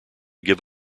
give